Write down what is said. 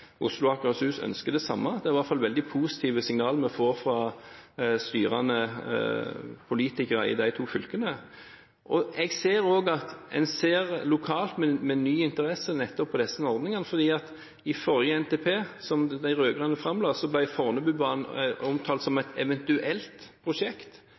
Akershus ønsker det samme. Det er i hvert fall veldig positive signaler vi får fra styrende politikere i de to fylkene. Jeg ser også at en lokalt ser med ny interesse på nettopp disse ordningene. I forrige NTP, som de rød-grønne framla, ble Fornebubanen omtalt som et eventuelt prosjekt.